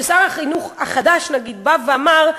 כששר החינוך החדש בא ואמר,